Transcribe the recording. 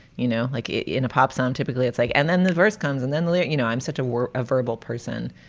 you know, like in a pop song, typically, it's like. and then the verse comes and then the lyric, you know, i'm such a verbal person